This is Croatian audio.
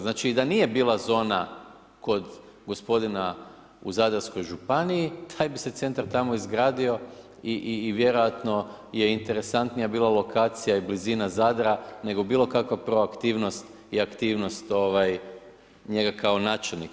Znači i da nije bila zona kod gospodina u Zadarskoj županiji, taj bi se centar tamo izgradio i vjerojatno je interesantnija bila lokacija i blizina Zadra nego bilo kakva proaktivnost i aktivnost njega kao načelnika.